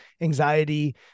anxiety